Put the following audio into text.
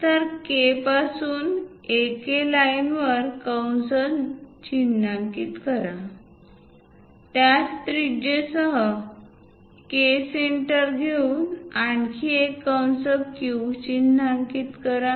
तर K पासून AK line वर कंस चिन्हांकित करा त्याच त्रिज्यासह K सेंटर घेऊन आणखी एक कंस Q चिन्हांकित करा